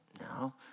No